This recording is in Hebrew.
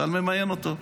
צה"ל ממיין אותו.